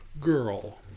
Girl